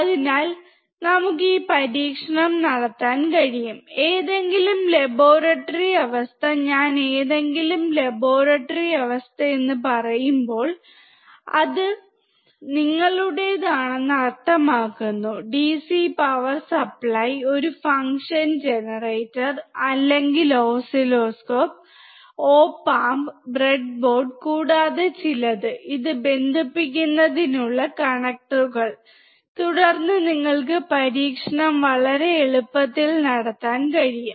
അതിനാൽ നമുക്ക് ഈ പരീക്ഷണം നടത്താൻ കഴിയും ഏതെങ്കിലും ലബോറട്ടറി അവസ്ഥ ഞാൻ ഏതെങ്കിലും ലബോറട്ടറി അവസ്ഥ എന്ന് പറയുമ്പോൾ അത് നിങ്ങളുടേതാണെന്ന് അർത്ഥമാക്കുന്നു ഡിസി പവർ സപ്ലൈ ഒരു ഫംഗ്ഷൻ ജനറേറ്റർ അല്ലെങ്കിൽ ഓസിലോസ്കോപ്പ് ഒപ് ആമ്പ് ബ്രെഡ്ബോർഡ് കൂടാതെ ചിലത് ഇത് ബന്ധിപ്പിക്കുന്നതിനുള്ള കണക്റ്ററുകൾ തുടർന്ന് നിങ്ങൾക്ക് പരീക്ഷണം വളരെ എളുപ്പത്തിൽ നടത്താൻ കഴിയും